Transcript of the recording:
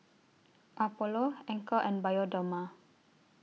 Apollo Anchor and Bioderma